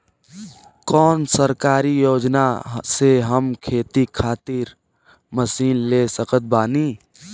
कौन सरकारी योजना से हम खेती खातिर मशीन ले सकत बानी?